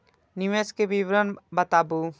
निवेश के विवरण बताबू?